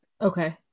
Okay